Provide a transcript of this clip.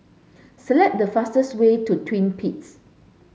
select the fastest way to Twin Peaks